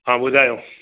हा ॿुधायो